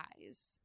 eyes